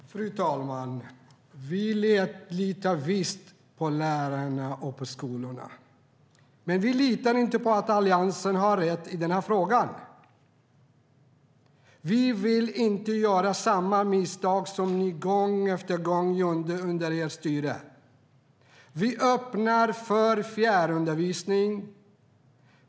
Fru talman! Vi litar visst på lärarna och skolorna. Men vi litar inte på att Alliansen har rätt i denna fråga. Vi vill inte göra samma misstag som ni gjorde gång på gång under ert styre. Vi öppnar för fjärrundervisning.